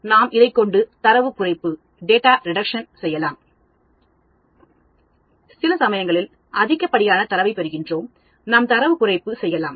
நாம் இதைக் கொண்டு தரவுக் குறைப்பு செய்யலாம் சில சமயங்களில் அதிகப்படியான தரவை பெறுகின்றோம் நாம் தரவு குறைப்பு செய்யலாம்